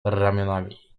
ramionami